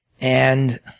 and